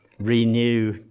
Renew